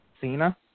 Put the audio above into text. Cena